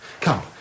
come